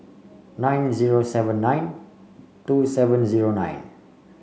nine zero seven nine two seven zero nine